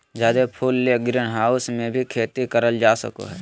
जादे फूल ले ग्रीनहाऊस मे भी खेती करल जा सको हय